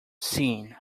scene